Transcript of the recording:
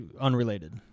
unrelated